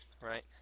Right